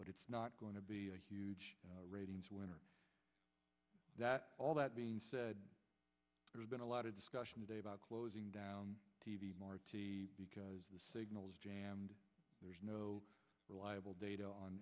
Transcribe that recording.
but it's not going to be a huge ratings winner that all that being said there's been a lot of discussion today about closing down t v more because the signal is jammed there's no reliable data on